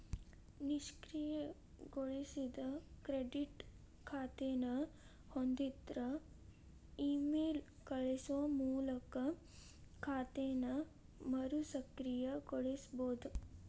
ನಿಷ್ಕ್ರಿಯಗೊಳಿಸಿದ ಕ್ರೆಡಿಟ್ ಖಾತೆನ ಹೊಂದಿದ್ರ ಇಮೇಲ್ ಕಳಸೋ ಮೂಲಕ ಖಾತೆನ ಮರುಸಕ್ರಿಯಗೊಳಿಸಬೋದ